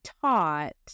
taught